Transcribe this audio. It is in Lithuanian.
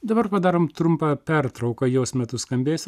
dabar padarom trumpą pertrauką jos metu skambės